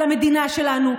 על המדינה שלנו,